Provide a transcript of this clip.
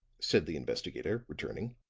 said the investigator, returning.